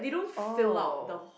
oh